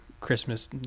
Christmas